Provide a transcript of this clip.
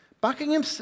Buckingham